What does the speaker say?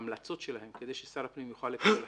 ההמלצות שלהן, כדי ששר הפנים יוכל לקבל החלטה.